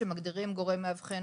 שמגדירים גורם מאבחן,